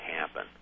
happen